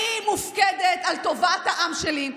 אני מופקדת על טובת העם שלי,